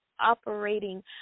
Operating